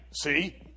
see